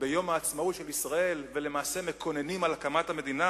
ביום העצמאות של ישראל ולמעשה מקוננים על הקמת המדינה?